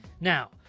Now